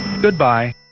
Goodbye